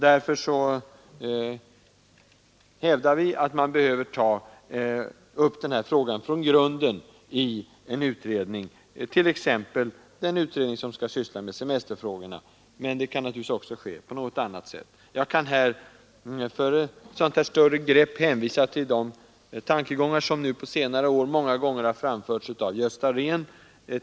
Därför hävdar vi att denna fråga behöver tas upp från grunden i en utredning, t.ex. i den utredning som skall behandla semesterfrågorna, eller på något annat sätt. När det gäller ett sådant samlat grepp kan jag hänvisa till de tankegångar som på senare år många gånger har framförts av Gösta Rehn.